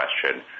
question